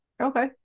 Okay